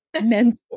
Mentor